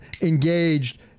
engaged